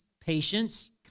patience